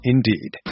Indeed